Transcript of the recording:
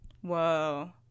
whoa